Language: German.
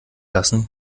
lassen